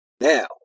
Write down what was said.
Now